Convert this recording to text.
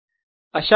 Divergence of curl0